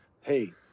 hey